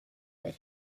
that